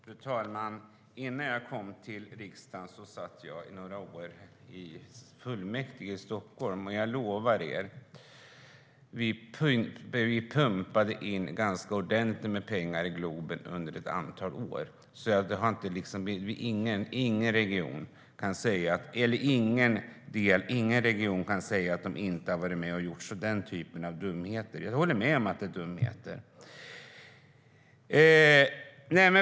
Fru talman! Innan jag kom till riksdagen satt jag några år i fullmäktige i Stockholm. Jag lovar er att vi pumpade in ganska ordentligt med pengar i Globen under ett antal år. Ingen region kan säga att de inte har varit med och gjort den typen av dumheter. Jag håller med om att det är dumheter.